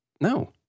no